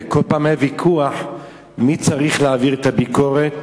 ובכל פעם היה ויכוח מי צריך להעביר את הביקורת,